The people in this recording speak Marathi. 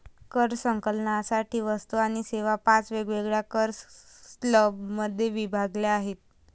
कर संकलनासाठी वस्तू आणि सेवा पाच वेगवेगळ्या कर स्लॅबमध्ये विभागल्या आहेत